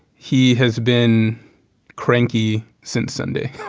he has been cranky since sunday